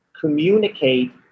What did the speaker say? communicate